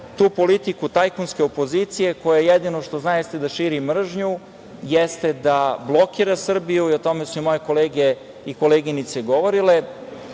tu politiku tajkunske opozicije koja jedino što zna jeste da širi mržnju, jeste da blokira Srbiju. O tome su moje kolege i koleginice govorili,